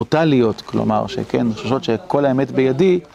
אותה להיות, כלומר, שכן, חששות שכל האמת בידי.